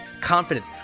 confidence